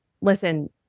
listen